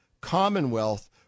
commonwealth